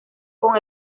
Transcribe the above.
con